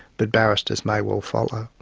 but barristers may well follow.